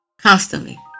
Constantly